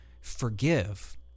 forgive